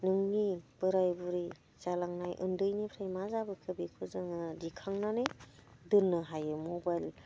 नोंनि बोराइ बुरै जालांनाय उन्दैनिफ्राय मा जाबोखो बेखौ जोङो दिखांनानै दोननो हायो मबाइल